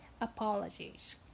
apologies